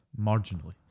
marginally